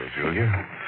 Julia